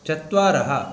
चत्वारः